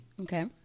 Okay